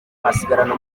asigarana